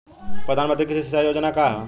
प्रधानमंत्री कृषि सिंचाई योजना का ह?